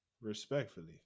respectfully